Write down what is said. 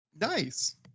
Nice